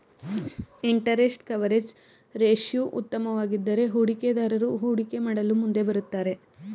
interest coverage ratio ಉತ್ತಮವಾಗಿದ್ದರೆ ಹೂಡಿಕೆದಾರರು ಹೂಡಿಕೆ ಮಾಡಲು ಮುಂದೆ ಬರುತ್ತಾರೆ